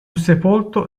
sepolto